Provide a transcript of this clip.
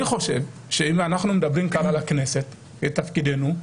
אם אנחנו מדברים כאן על הכנסת, על תפקידנו,